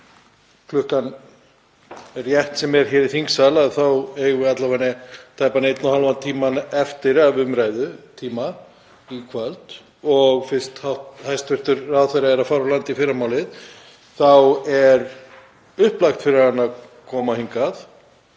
Ef klukkan er rétt sem er hér í þingsal þá eigum við alla vega tæpan einn og hálfan tíma eftir af umræðutíma í kvöld. Fyrst hæstv. ráðherra er að fara úr landi í fyrramálið er upplagt fyrir hann að koma hingað.